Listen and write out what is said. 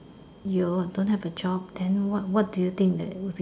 you don't have a job then what what do you think that will be